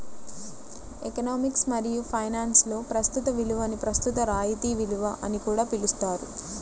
economics మరియు ఫైనాన్స్లో ప్రస్తుత విలువని ప్రస్తుత రాయితీ విలువ అని కూడా పిలుస్తారు